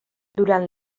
durant